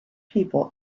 people